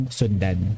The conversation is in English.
sundan